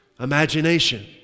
Imagination